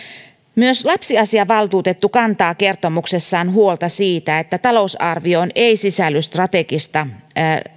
myös lapsiasiavaltuutettu kantaa kertomuksessaan huolta siitä että talousarvioon ei sisälly strategista